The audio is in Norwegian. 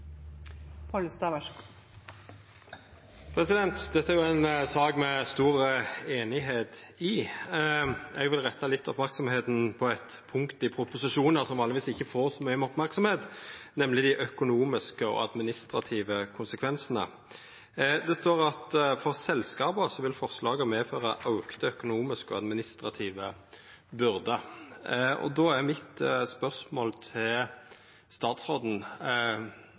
vil retta merksemda litt mot eit punkt i proposisjonen som vanlegvis ikkje får så mykje merksemd, nemleg dei økonomiske og administrative konsekvensane. Det står at for selskapa vil forslaga føra til auka økonomiske og administrative byrder. Då er spørsmålet til statsråden: